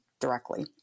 directly